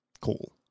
Cool